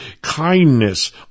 kindness